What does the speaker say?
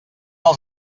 els